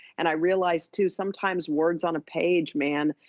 and i realized too, sometimes words on a page, man,